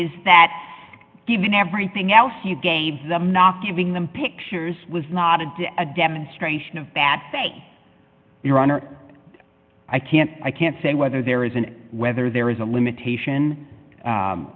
is that given everything else you gave them knocking them pictures was not a a demonstration of bad faith your honor i can't i can't say whether there is an whether there is a limitation